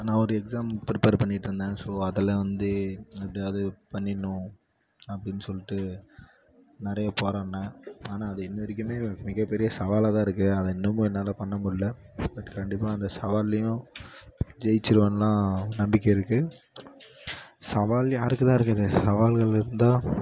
நான் ஒரு exam prepare பண்ணிட்டு இருந்தேன் ஸோ அதில் வந்து எப்படியாவது பண்ணிடணும் அப்படின்னு சொல்லிட்டு நிறைய போராடினேன் ஆனால் அது இன்ன வரைக்குமே மிகப்பெரிய சவாலாகதான் இருக்குது அதை இன்னமும் என்னால் பண்ணமுடியல பட் கண்டிப்பாக அந்த சவால்லையும் ஜெயிச்சிடுவேன்லாம் நம்பிக்கை இருக்குது சவால் யாருக்குதான் இருக்காது சவால்கள் இருந்தால்